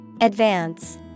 Advance